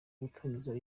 gutangiza